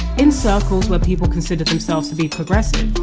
in circles where people consider themselves to be progressive,